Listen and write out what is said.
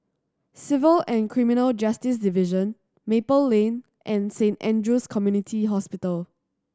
Civil and Criminal Justice Division Maple Lane and Saint Andrew's Community Hospital